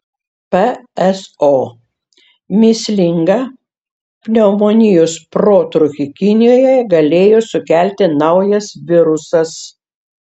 pso mįslingą pneumonijos protrūkį kinijoje galėjo sukelti naujas virusas